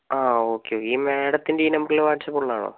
ആ ഒക്കെ ഈ മാഡത്തിൻ്റെ ഈ നമ്പറിൽ വാട്ട്സപ്പ് ഉള്ളതാണോ